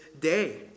day